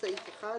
צהרים טובים.